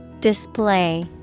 Display